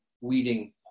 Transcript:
weeding